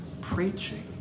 preaching